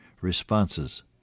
responses